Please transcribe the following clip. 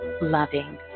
loving